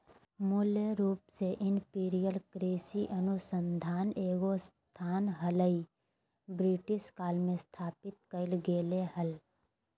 मूल रूप से इंपीरियल कृषि अनुसंधान एगो संस्थान हलई, ब्रिटिश काल मे स्थापित कैल गेलै हल